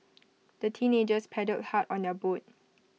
the teenagers paddled hard on their boat